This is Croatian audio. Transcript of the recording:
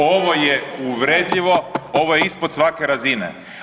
Ovo je uvredljivo, ovo je ispod svake razine.